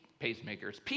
pacemakers